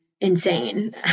insane